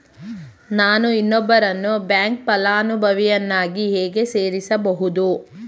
ನಾನು ಇನ್ನೊಬ್ಬರನ್ನು ಬ್ಯಾಂಕ್ ಫಲಾನುಭವಿಯನ್ನಾಗಿ ಹೇಗೆ ಸೇರಿಸಬಹುದು?